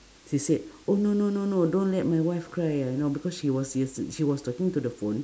she said oh no no no no don't let my wife cry uh you know because she was use she was talking to the phone